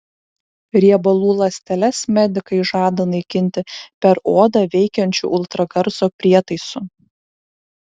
riebalų ląsteles medikai žada naikinti per odą veikiančiu ultragarso prietaisu